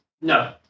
no